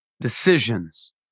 decisions